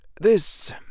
This